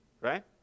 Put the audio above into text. Right